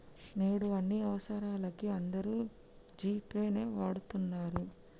నేడు అన్ని అవసరాలకీ అందరూ జీ పే నే వాడతన్నరు